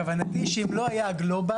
כוונתי היא שאם לא היה הגלובאל,